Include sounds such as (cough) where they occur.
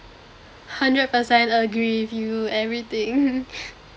hundred percent agree with you everything (laughs)